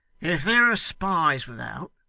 if there are spies without,